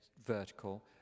vertical